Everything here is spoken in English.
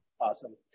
Awesome